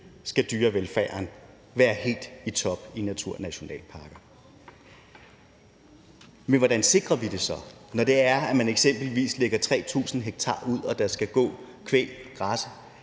skal dyrevelfærden være helt i top i naturnationalparkerne. Men hvordan sikrer vi det så, når det er sådan, at man eksempelvis lægger 3.000 ha ud, hvor der skal gå kvæg